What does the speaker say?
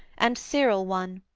and cyril, one.